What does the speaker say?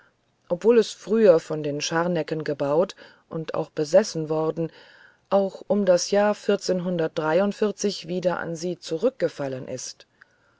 obwohl es früher von den scharnecken erbaut und auch besessen worden auch um das jahr wieder an sie zurückgefallen ist